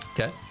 Okay